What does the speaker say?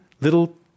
little